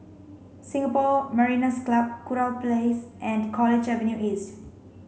Singapore Mariners' Club Kurau Place and College Avenue East